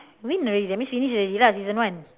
win already that means finish already lah season one